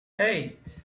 eight